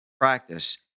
practice